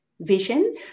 vision